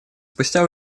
спустя